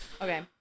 Okay